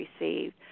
received